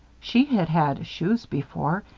she had had shoes before.